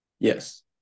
yes